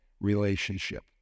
relationship